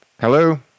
Hello